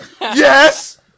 Yes